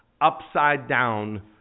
upside-down